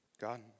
God